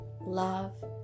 love